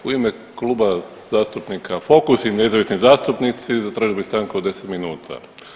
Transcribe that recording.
U ime Kluba zastupnika Fokus i nezavisnih zastupnici zatražili stanku od 10 minuta.